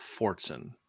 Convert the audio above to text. Fortson